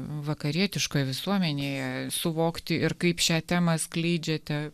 vakarietiškoj visuomenėje suvokti ir kaip šią temą skleidžiate